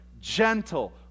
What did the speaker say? gentle